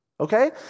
okay